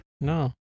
No